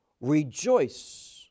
rejoice